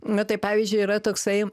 na tai pavyzdžiui yra toksai